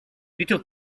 little